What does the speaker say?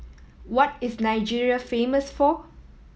what is Nigeria famous for